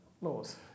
laws